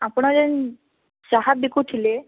ଆପଣ ଯେନ୍ ଚାହା ବିକୁଥିଲେ